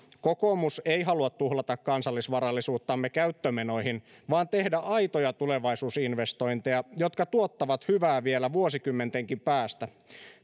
kokoomus ei halua tuhlata kansallisvarallisuuttamme käyttömenoihin vaan tehdä aitoja tulevaisuusinvestointeja jotka tuottavat hyvää vielä vuosikymmentenkin päästä